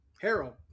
Harold